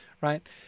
right